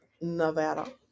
Nevada